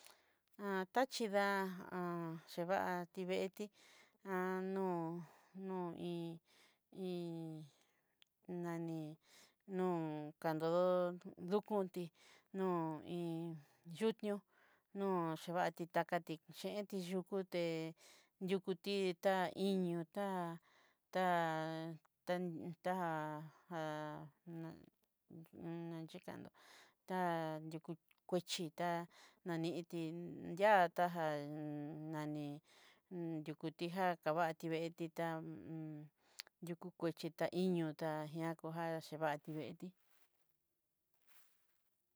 Han tachí dá hívá'a tivee no iin, iin naní no kandó duku'i no iin, yú ñó'o nrivati takatí, yen yukuté yukuti ta iño ta- ta- ta ja nachikandó ta yuku kuechí ta nani ití, ya taján naní yukutijá tavatí veetí ta hu yuku kochí ta iño tá ñakoja xhivati veetí.